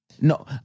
No